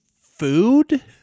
food